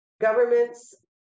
governments